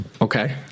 Okay